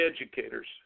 educators